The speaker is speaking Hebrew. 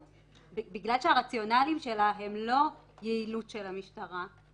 בגלל שהרציונליים של ההתיישנות הם לא יעילות של המשטרה,